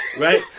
Right